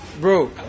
bro